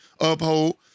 uphold